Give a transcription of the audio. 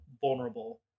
vulnerable